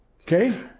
Okay